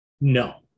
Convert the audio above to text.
No